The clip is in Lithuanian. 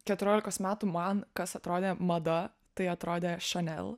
keturiolikos metų man kas atrodė mada tai atrodė chanel